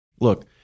look